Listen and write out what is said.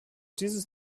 dieses